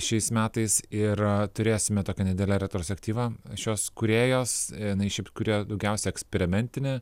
šiais metais ir turėsime tokią nedidelę retrospektyvą šios kūrėjos jinai šiaip kuria daugiausiai eksperimentinį